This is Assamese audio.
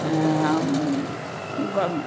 গ